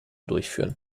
durchführen